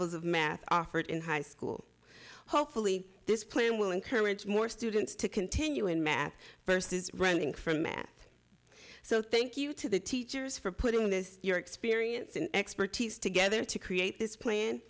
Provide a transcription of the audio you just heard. of math offered in high school hopefully this plan will encourage more students to continue in math first is running from math so thank you to the teachers for putting this your experience and expertise together to create this plan